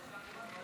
בעד,